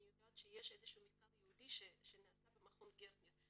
אני יודעת שיש מחקר ייעודי שנעשה במכון גרטנר,